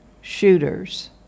shooters